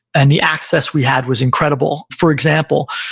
and the access we had was incredible. for example,